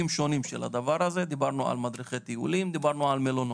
מדריכי הטיולים והמלונות.